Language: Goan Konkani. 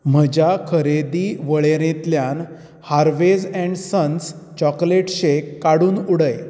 म्हज्या खरेदी वळेरेंतल्यान Harveys and sons chocolate shake काडून उडय